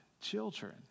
children